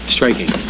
Striking